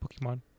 Pokemon